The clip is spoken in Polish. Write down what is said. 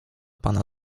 pana